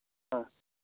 ꯑ